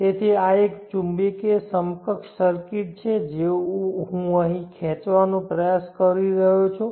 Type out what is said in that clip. તેથી આ એક ચુંબકીય સમકક્ષ સર્કિટ છે જે હું અહીં ખેંચવાનો પ્રયાસ કરી રહ્યો છું